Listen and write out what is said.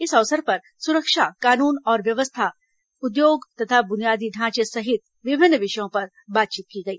इस अवसर पर सुरक्षा कानून और व्यवस्था उद्योग तथा बुनियादी ढांचे सहित विभिन्न विषयों पर बातचीत की गई